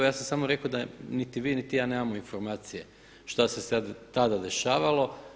Ja sam samo rekao da niti vi, niti ja nemamo informacije što se tada dešavalo.